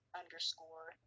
underscore